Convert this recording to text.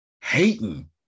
hating